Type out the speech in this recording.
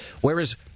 Whereas